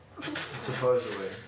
supposedly